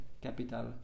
capital